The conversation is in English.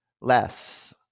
less